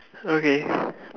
okay